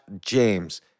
James